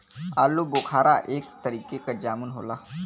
आलूबोखारा एक तरीके क जामुन होला